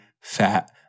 fat